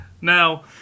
now